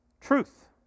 Truth